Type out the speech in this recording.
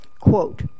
Quote